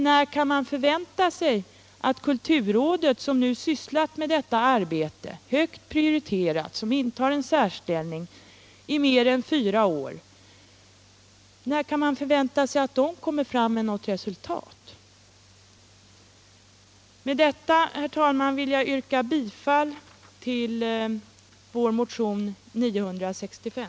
När kan man förvänta sig att kulturrådet, som nu sysslat med detta arbete i fyra år — det har varit högt prioriterat och intagit en särställning —, lägger fram något resultat? Med detta, herr talman, vill jag yrka bifall till vår motion nr 965.